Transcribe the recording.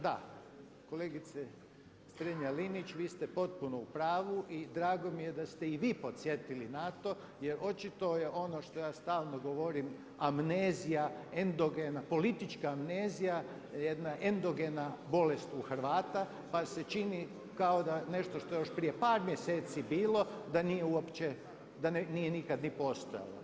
Da, kolegice Strenja-Linić vi ste potpuno u pravu i i drago mi je da ste i vi podsjetili na to jer očito je ono što ja stalno govorim amnezija endogena, politička amnezija, jedna endogena bolest u Hrvata pa se čini kao da je nešto što je još prije par mjeseci bilo da nije uopće nikad ni postojalo.